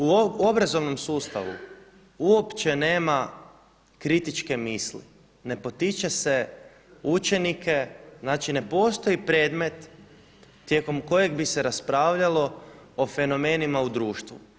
U obrazovnom slučaju uopće nema kritičke misli, ne potiče se učenike, znači ne postoji predmet tijekom kojeg bi se raspravljalo o fenomenima u društvu.